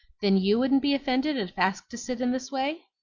then you wouldn't be offended if asked to sit in this way?